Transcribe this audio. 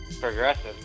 Progressive